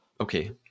Okay